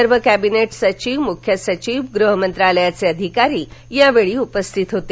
सर्व केंबीनेट सचिव मुख्य सचिव गृह मंत्रालयाचे अधिकारी यावेळी उपस्थित होते